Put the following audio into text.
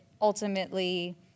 ultimately